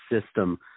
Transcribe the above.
system